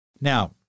Now